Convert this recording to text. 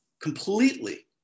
completely